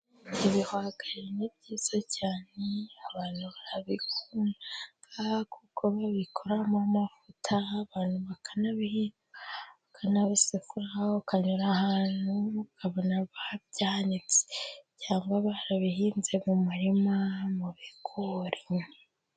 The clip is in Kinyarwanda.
Ibihwagari ni byiza cyane abantu barabikunda kuko babikoramo amavuta, abantu bakanabihinga, bakabisekura ukanyura ahantu ukabona babyanitse cyangwa barabihinze mu murima mu bigori.